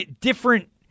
different